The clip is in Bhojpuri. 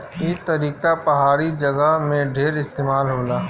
ई तरीका पहाड़ी जगह में ढेर इस्तेमाल होला